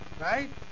right